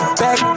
back